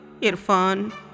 Irfan